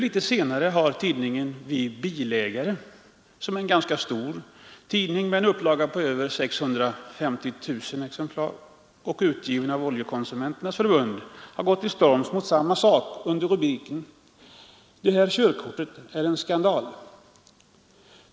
Litet senare har nu tidningen Vi bilägare, som är en ganska stor tidning med en upplaga på över 650 000 exemplar och utgiven av Oljekonsumenternas förbund, gått till storms mot samma sak under rubriken ”Det här körkortet är en skandal”.